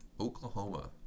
Oklahoma